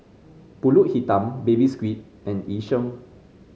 pulut hitam Baby Squid and Yu Sheng